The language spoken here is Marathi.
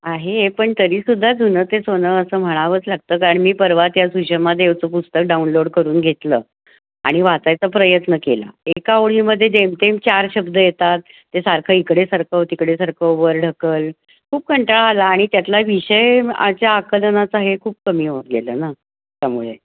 आहे पण तरीसुद्धा जुनं ते सोनं असं म्हणावंच लागतं कारण मी परवा त्या सुषमा देवचं पुस्तक डाउनलोड करून घेतलं आणि वाचायचा प्रयत्न केला एका ओळीमध्ये जेम तेम चार शब्द येतात ते सारखं इकडे सारखं तिकडेसारखं वर ढकल खूप कंटाळा आला आणि त्यातला विषय आजच्या आकलनाचं हे खूप कमी होत गेलं ना त्यामुळे